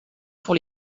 pour